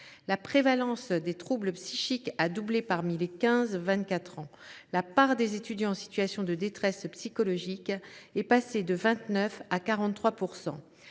La prévalence des troubles psychiques a doublé parmi les 15 24 ans. La part des étudiants en situation de détresse psychologique est passée de 29 % à 43 %.